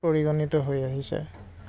পৰিগণিত হৈ আহিছে